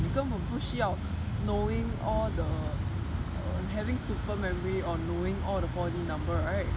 你根本不需要 knowing all the err having super memory or knowing all the four D number right